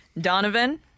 Donovan